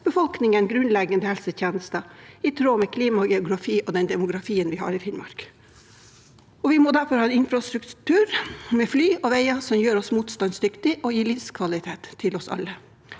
befolkningen grunnleggende helsetjenester i tråd med klima og geografi og den demografien vi har i Finnmark. Vi må derfor ha en infrastruktur med fly og veier som gjør oss motstandsdyktige, og gir livskvalitet til oss alle.